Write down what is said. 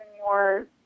more